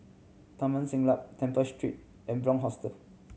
Taman Siglap Temple Street and Bunc Hostel